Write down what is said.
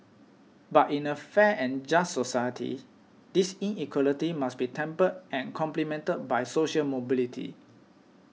but in a fair and just society this inequality must be tempered and complemented by social mobility